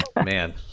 man